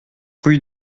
rue